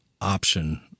option